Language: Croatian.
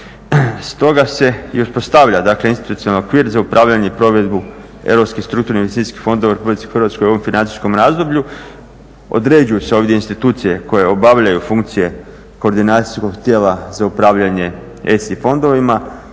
toga se i uspostavlja institucionalni okvir za upravljanje i provedbu europskih strukturni investicijskih fondova u RH u ovom financijskom razdoblju. Određuju se ovdje institucije koje obavljaju funkcije koordinacijskog tijela za upravljanje ESI fondovima